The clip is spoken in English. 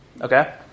Okay